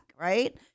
right